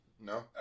No